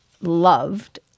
loved